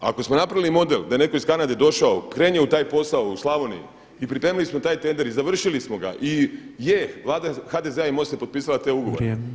Ako smo napravili model da je neko iz Kanade došao krenuo u taj posao u Slavoniji i pripremili smo taj tender i završili smo ga i je vlada HDZ-a i MOST-a je potpisala te ugovore.